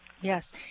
Yes